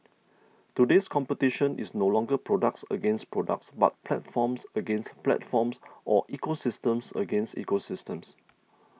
today's competition is no longer products against products but platforms against platforms or ecosystems against ecosystems